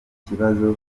ikibazo